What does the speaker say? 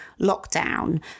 lockdown